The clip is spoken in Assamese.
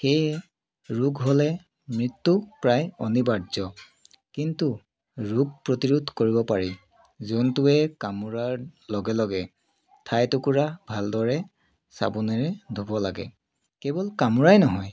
সেয়ে ৰোগ হ'লে মৃত্যু প্ৰায় অনিবাৰ্য কিন্তু ৰোগ প্ৰতিৰোধ কৰিব পাৰি জন্তুৱে কামোৰাৰ লগে লগে ঠাইটুকুৰা ভালদৰে চাবোনেৰে ধুব লাগে কেৱল কামোৰাই নহয়